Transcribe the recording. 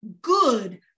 good